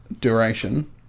duration